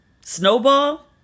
snowball